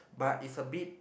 but it's a bit